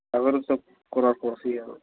ଆଗରୁ ତ ଖରାପ କରିଛି ଆଉ